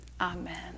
Amen